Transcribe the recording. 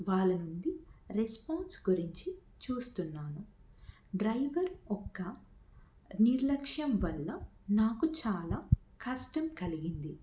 వాళ్ళ నుండి రెస్పాన్స్ గురించి చూస్తున్నాను డ్రైవర్ ఒక్క నిర్లక్ష్యం వల్ల నాకు చాలా కష్టం కలిగింది